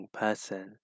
person